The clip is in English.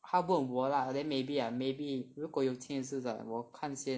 他问我 lah then maybe lah maybe 如果有钱拿我看先 lah